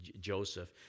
joseph